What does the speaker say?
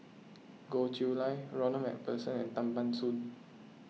Goh Chiew Lye Ronald MacPherson and Tan Ban Soon